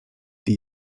die